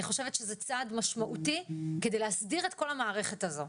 אני חושבת שזה צעד משמעותי כדי להסדיר את כל המערכת הזו.